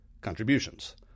contributions